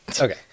Okay